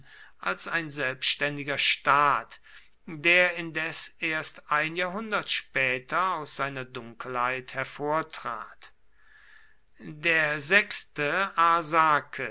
als ein selbständiger staat der indes erst ein jahrhundert später aus seiner dunkelheit hervortrat der sechste